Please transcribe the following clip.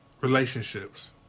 relationships